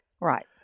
Right